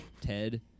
ted